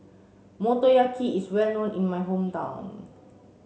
Motoyaki is well known in my hometown